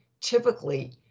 typically